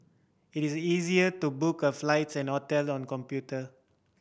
it is easier to book a flights and hotel on computer